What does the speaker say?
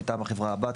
מטעם החברה הבת,